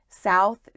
South